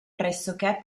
pressoché